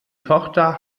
tochter